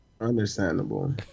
Understandable